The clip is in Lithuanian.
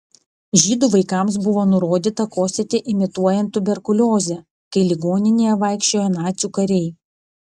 žydų vaikams buvo nurodyta kosėti imituojant tuberkuliozę kai ligoninėje vaikščiojo nacių kariai